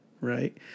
Right